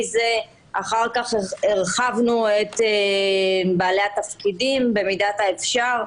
זה אחר כך הרחבנו את בעלי התפקידים במידת האפשר.